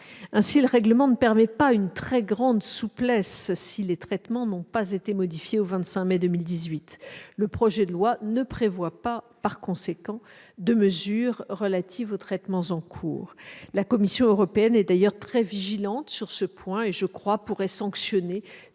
Ainsi, le règlement ne permet pas une très grande souplesse si les traitements n'ont pas été modifiés au 25 mai 2018. Le projet de loi ne prévoit donc pas de mesure relative aux traitements en cours. La Commission européenne est d'ailleurs très vigilante sur ce point et pourrait sanctionner